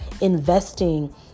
investing